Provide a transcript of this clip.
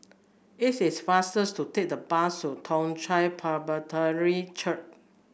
it is faster to take the bus to Toong Chai Presbyterian Church